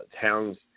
towns